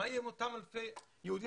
מה יהיה עם אותם אלפי י הודים?